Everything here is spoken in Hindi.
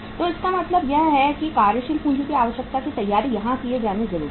तो इसका मतलब यह है कि कार्यशील पूंजी की आवश्यकता की तैयारी यहां किए जाने जरूरी है